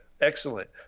excellent